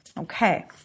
Okay